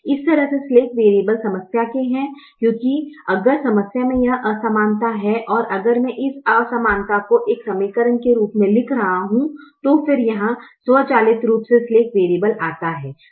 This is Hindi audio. एक तरह से स्लैक वेरीयबल समस्या के हैं क्योंकि अगर समस्या में यह असमानता है और अगर मैं इस असमानता को एक समीकरण के रूप में लिख रहा हूं तो फिर यहाँ स्वचालित रूप से स्लैक वेरीयबल आता है